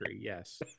Yes